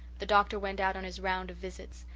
the doctor went out on his round of visits,